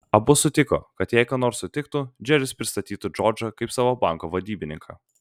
abu sutiko kad jei ką nors sutiktų džeris pristatytų džordžą kaip savo banko vadybininką